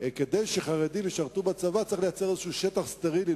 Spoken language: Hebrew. כדי שחרדים ישרתו בצבא צריך לייצר איזה שטח סטרילי,